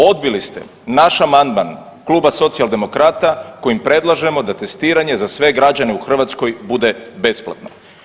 Odbili ste naš amandman Kluba Socijaldemokrata kojim predlažemo da testiranje za sve građane u Hrvatskoj bude besplatno.